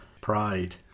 pride